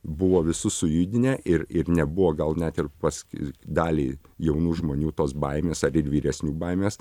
buvo visus sujudinę ir ir nebuvo gal net ir dalį jaunų žmonių tos baimės ar ir vyresnių baimės